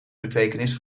betekenis